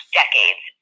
decades